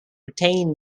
retain